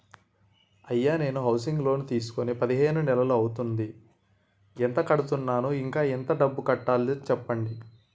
అయ్యా నేను housing loan తీసుకొని పదిహేను నెలలు అవుతోందిఎంత కడుతున్నాను, ఇంకా ఎంత డబ్బు కట్టలో చెప్తారా?